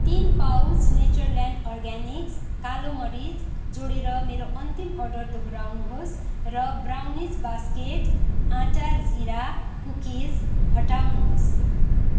तिन pouch Natureland Organics कालो मरिच जोडेर मेरो अन्तिम अर्डर दोहोऱ्याउनुहोस् र ब्राउनिज बास्केट आँटा जिरा कुकिज हटाउनुहोस्